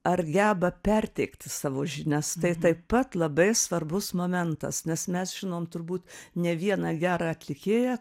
ar geba perteikti savo žinias tai taip pat labai svarbus momentas nes mes žinom turbūt ne vieną gerą atlikėją